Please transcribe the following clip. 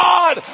God